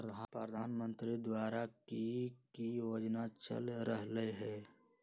प्रधानमंत्री द्वारा की की योजना चल रहलई ह?